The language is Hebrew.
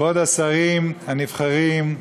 כבוד השרים הנבחרים,